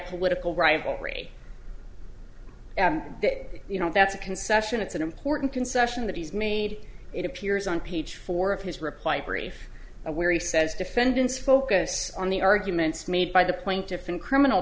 political rivalry you know that's a concession it's an important concession that he's made it appears on page four of his reply brief where he says defendants focus on the arguments made by the plaintiff in criminal